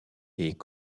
est